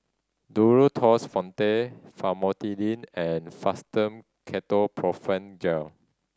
Duro Tuss Fonte Famotidine and Fastum Ketoprofen Gel